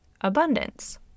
abundance